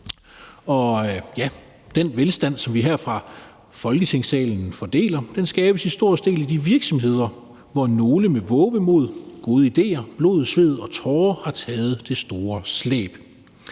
Den velstand, som vi her fra Folketingssalen fordeler, skabes for en stor del i de virksomheder, hvor nogle med vovemod og gode idéer, blod, sved og tårer har taget det store slæb.